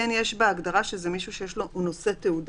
בהגדרה כתוב שזה מישהו שנושא תעודה